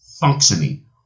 functioning